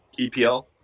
EPL